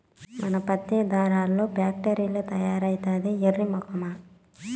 మన పత్తే దారాల్ల ఫాక్టరీల్ల తయారైద్దే ఎర్రి మొకమా